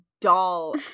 doll